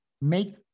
make